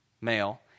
male